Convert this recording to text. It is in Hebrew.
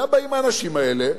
עכשיו, באים האנשים האלה,